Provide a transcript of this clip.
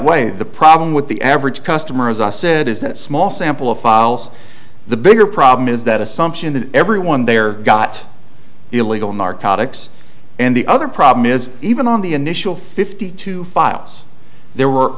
way the problem with the average customer as i said is that small sample of files the bigger problem is that assumption that everyone there got illegal narcotics and the other problem is even on the initial fifty two files there were